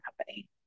company